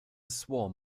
swarm